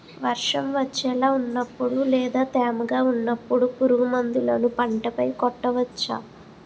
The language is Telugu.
వర్షం వచ్చేలా వున్నపుడు లేదా తేమగా వున్నపుడు పురుగు మందులను పంట పై కొట్టవచ్చ?